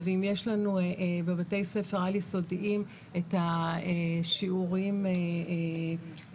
ואם יש לנו בבתי הספר העל יסודיים את השיעורים --- מאיזה